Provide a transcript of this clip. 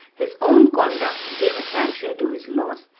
his own conduct gave a sanction to his laws,